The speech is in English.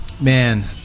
man